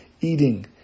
eating